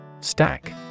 Stack